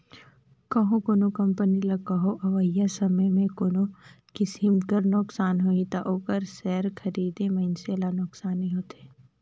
कहों कोनो कंपनी ल कहों अवइया समे में कोनो किसिम कर नोसकान होही ता ओकर सेयर खरीदे मइनसे ल नोसकानी होथे